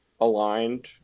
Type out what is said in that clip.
aligned